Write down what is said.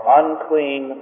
unclean